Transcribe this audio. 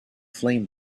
flame